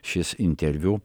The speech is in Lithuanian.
šis interviu